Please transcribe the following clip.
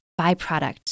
byproduct